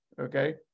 Okay